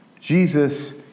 Jesus